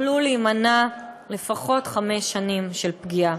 "היו יכולות להימנע לפחות חמש שנים של פגיעה.